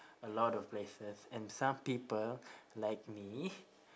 a lot of places and some people like me